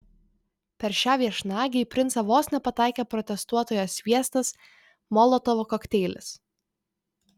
per šią viešnagę į princą vos nepataikė protestuotojo sviestas molotovo kokteilis